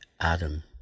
Adam